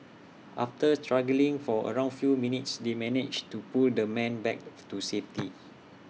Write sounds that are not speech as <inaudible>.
after struggling for around few minutes they managed to pull the man back <noise> to safety